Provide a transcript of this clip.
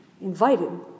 invited